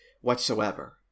whatsoever